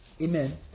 Amen